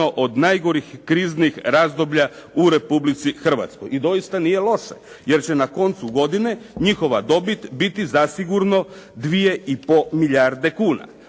od najgorih kriznih razdoblja u Republici Hrvatskoj. I doista nije loše jer će na koncu godine njihova dobit biti zasigurno 2,5 milijarde kuna.